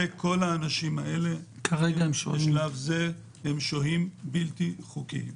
כל האנשים האלה בשלב זה הם שוהים בלתי חוקיים.